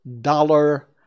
dollar